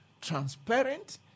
transparent